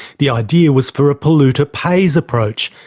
the idea was for a polluter pays approach,